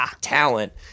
talent